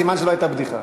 סימן שלא הייתה בדיחה.